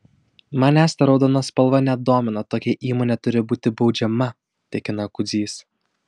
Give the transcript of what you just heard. manęs ta raudona spalva nedomina tokia įmonė turi būti baudžiama tikina kudzys